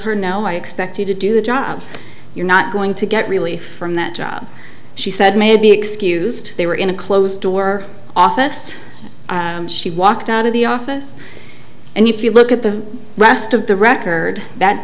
her no i expect you to do the job you're not going to get relief from that job she said may be excused they were in a closed door office she walked out of the office and if you look at the rest of the record that